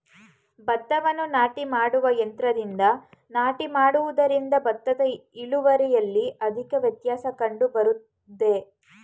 ಭತ್ತವನ್ನು ನಾಟಿ ಮಾಡುವ ಯಂತ್ರದಿಂದ ನಾಟಿ ಮಾಡುವುದರಿಂದ ಭತ್ತದ ಇಳುವರಿಯಲ್ಲಿ ಅಧಿಕ ವ್ಯತ್ಯಾಸ ಕಂಡುಬರುವುದೇ?